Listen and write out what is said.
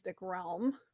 realm